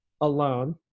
alone